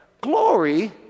glory